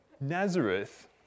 Nazareth